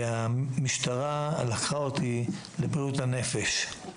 והמשטרה לקחה אותי לבריאות הנפש.